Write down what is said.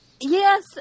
yes